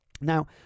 Now